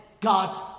God's